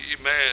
Amen